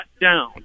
down